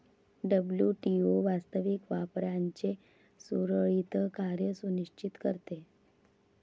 WTO वास्तविक व्यापाराचे सुरळीत कार्य सुनिश्चित करते